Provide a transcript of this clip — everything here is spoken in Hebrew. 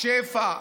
שפע,